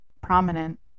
prominent